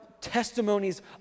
testimonies